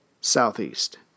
southeast